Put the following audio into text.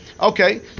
okay